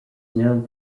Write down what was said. known